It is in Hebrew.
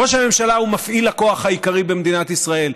ראש הממשלה הוא מפעיל הכוח העיקרי במדינת ישראל,